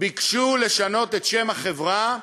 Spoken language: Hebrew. ביקשו לשנות את שם החברה